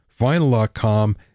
Vinyl.com